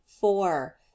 four